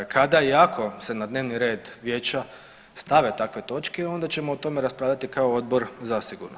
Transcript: Kada jako se na dnevni red vijeća stave takve točke onda ćemo o tome raspravljati kao odbor zasigurno.